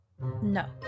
No